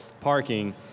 parking